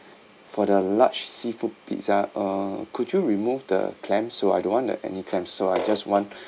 for the large seafood pizza uh could you remove the clam so I don't want that any clam so I just want